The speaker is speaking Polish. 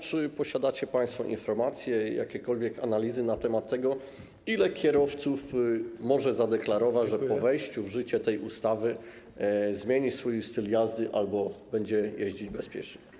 Czy posiadacie państwo informacje, jakiekolwiek analizy na temat tego, ilu kierowców może zadeklarować, że po wejściu w życiu tej ustawy zmieni swój styl jazdy i będzie jeździć bezpieczniej?